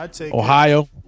ohio